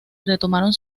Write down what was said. retomaron